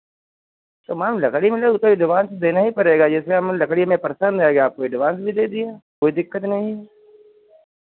तो मैम लकड़ी मिल जाए उसका एडवांस देना ही पड़ेगा जैसे हम लड़की हमें पसंद आ गया आपको एडवांस भी दे दिया कोई दिक्कत नहीं है